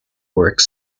work